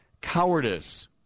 Cowardice